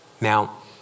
Now